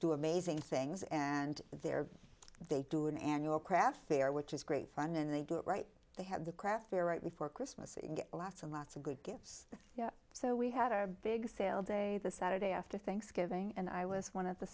do amazing things and there they do an annual craft fair which is great fun and they do it right they have the craft fair right before christmas and lots and lots of good gives so we had a big sale day the saturday after thanksgiving and i was one of the